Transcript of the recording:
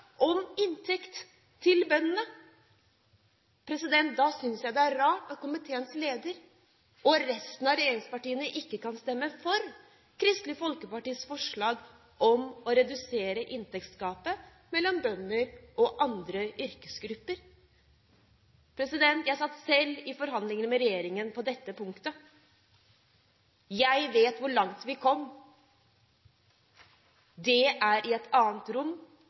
om inntekten til bøndene, synes jeg det er rart at komiteens leder og regjeringspartiene ikke kan stemme for Kristelig Folkepartis forslag om å redusere inntektsgapet mellom bønder og andre yrkesgrupper. Jeg satt selv i forhandlingene med regjeringen på dette punktet. Jeg vet hvor langt vi kom. Det var i et annet rom,